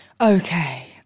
Okay